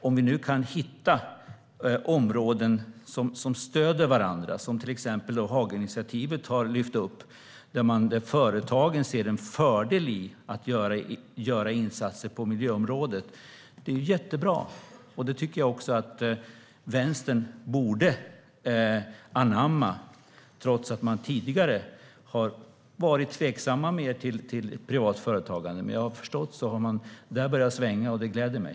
Om vi nu kan hitta områden som stöder varandra, som till exempel Hagainitiativet har lyft upp, där företagen ser en fördel i att göra insatser på miljöområdet, är det jättebra. Det tycker jag att Vänstern borde anamma, trots att man tidigare har varit tveksam till privat företagande. Men vad jag förstått har man börjat svänga, och det gläder mig.